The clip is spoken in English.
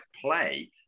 play